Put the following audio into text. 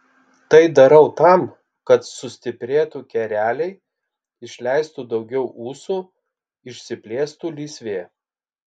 tai darau tam kad sustiprėtų kereliai išleistų daugiau ūsų išsiplėstų lysvė